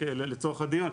לצורך הדיון,